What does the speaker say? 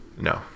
No